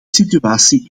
situatie